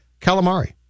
Calamari